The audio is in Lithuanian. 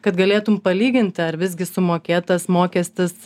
kad galėtum palyginti ar visgi sumokėtas mokestis